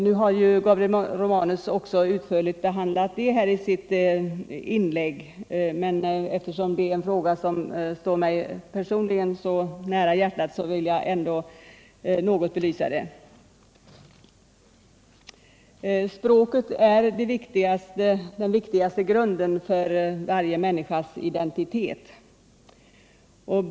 Nu har Gabriel Romanus ganska utförligt behandlat även den frågan i sitt inlägg, men eftersom det är någonting som ligger mig varmt om hjärtat vill jag ändå belysa frågan litet. Språket är den viktigaste grunden för varje människas identitet.